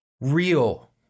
real